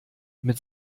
mit